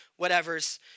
whatevers